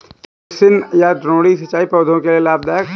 क्या बेसिन या द्रोणी सिंचाई पौधों के लिए लाभदायक है?